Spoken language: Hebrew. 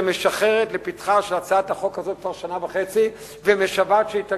שמשחרת לפתחה של הצעת החוק הזאת כבר שנה וחצי ומשוועת שהיא תגיע,